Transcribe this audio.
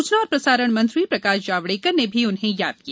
सूचना और प्रसारण मंत्री प्रकाश जावड़ेकर ने भी उन्हें याद किया